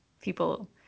people